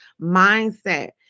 mindset